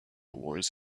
wars